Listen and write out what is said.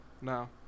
No